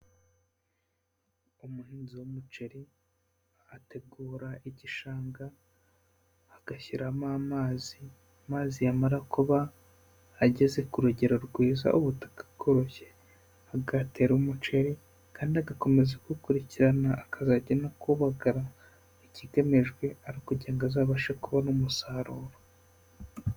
Umuhinzi w'umuceri ategura igishanga agashyiramo amazi, amazi yamara kuba ageze ku rugero rwiza ubutaka bworoshye, agatera umuceri kandi agakomeza gukurikirana akazajya no kuwubagara, ikigamijwe ari kugira ngo azabashe kubona umusaruro.